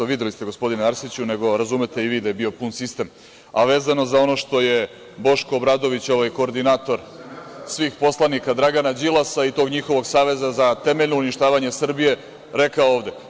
Videli ste, gospodine Arsiću, nego razumete i vi da je bio pun sistem, a vezano za ono što je Boško Obradović, ovaj koordinator svih poslanika, Dragana Đilasa i tog njihovog saveza za temeljno uništavanje Srbije, rekao ovde.